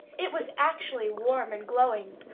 it was actually warm and glowing.